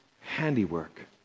handiwork